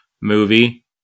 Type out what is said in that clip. movie